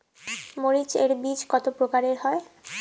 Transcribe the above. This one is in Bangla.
মরিচ এর বীজ কতো প্রকারের হয়?